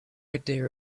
idea